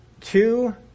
Two